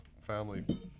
family